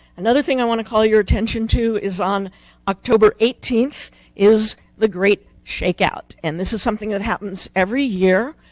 another thing i want to call your attention to is, on october eighteenth is the great shakeout. and this is something that happens every year.